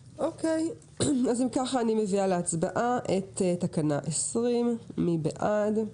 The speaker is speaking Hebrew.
אוקיי, אני מביאה להצבעה את תקנה 20. מי בעד?